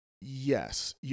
Yes